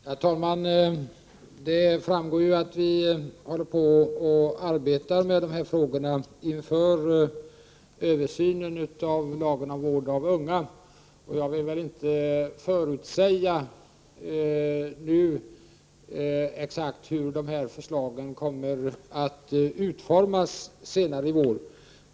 Herr talman! Det framgår att vi håller på att arbeta med de här frågorna inför översynen av lagen om vård av unga. Jag vill inte nu förutsäga exakt hur dessa förslag kommer att utformas senare i vår.